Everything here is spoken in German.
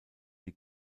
die